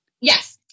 Yes